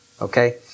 Okay